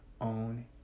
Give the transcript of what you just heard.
own